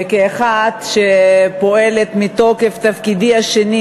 וכאחת שפועלת מתוקף תפקידי השני,